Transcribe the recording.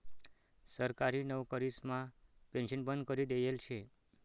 सरकारी नवकरीसमा पेन्शन बंद करी देयेल शे